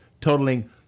totaling